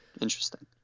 Interesting